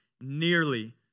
nearly